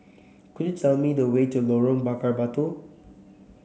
could you tell me the way to Lorong Bakar Batu